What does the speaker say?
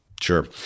Sure